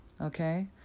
okay